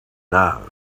now